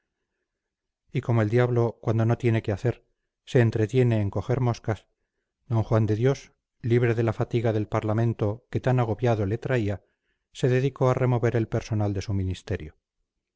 y como el diablo cuando no tiene que hacer se entretiene en coger moscas d juan de dios libre de la fatiga del parlamento que tan agobiado le traía se dedicó a remover el personal de su ministerio